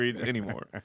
anymore